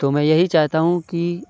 تو میں یہی چاہتا ہوں کہ